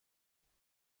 نمیکنید